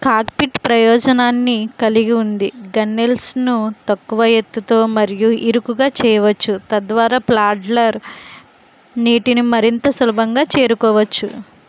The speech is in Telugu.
కాక్పిట్ ప్రయోజనాన్ని కలిగి ఉంది గన్నెల్స్ను తక్కువ ఎత్తుతో మరియు ఇరుకుగా చేయవచ్చు తద్వారా ప్యాడ్లర్ నీటిని మరింత సులభంగా చేరుకోవచ్చు